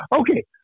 Okay